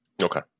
okay